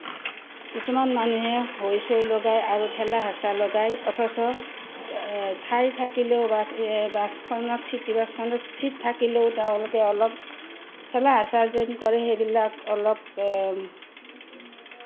কিছুমান মানুহে হৈ চৈ লগায় আৰু ঠেলা হেঁচা লগায় অথচ ঠাই থাকিলেও বাছ বাছখনত চিটিবাছখনত ছিট থাকিলেও তেওঁলোকে অলপ ঠেলা হেঁচা যেন কৰে সেইবিলাক অলপ